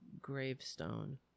gravestone